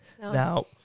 Now